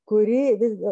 kuri vis